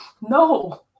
no